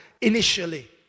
initially